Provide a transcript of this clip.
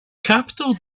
capital